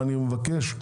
אני מבקש,